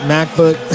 MacBook